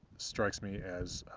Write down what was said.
strikes me as